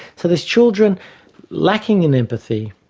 so there's children lacking in empathy,